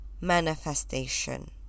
manifestation